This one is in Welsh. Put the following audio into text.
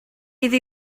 iddi